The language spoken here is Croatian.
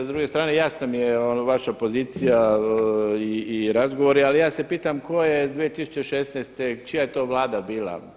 I s druge strane jasna mi je vaša pozicija i razgovori, ali ja se pitam tko je 2016. čija je to vlada bila?